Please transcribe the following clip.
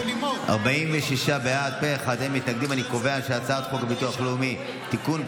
להעביר את הצעת חוק הביטוח הלאומי (תיקון,